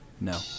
no